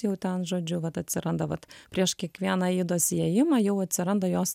jau ten žodžiu vat atsiranda vat prieš kiekvieną aidos įėjimą jau atsiranda jos